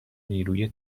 نیروی